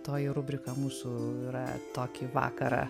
toji rubrika mūsų yra tokį vakarą